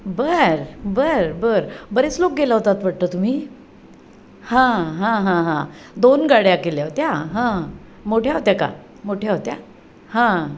बर बर बर बरेच लोक गेले होतात वाटत तुम्ही हां हां हां हां दोन गाड्या गेल्या होत्या हां मोठ्या होत्या का मोठ्या होत्या हां